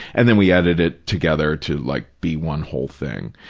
and then we edited it together to like be one whole thing.